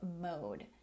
mode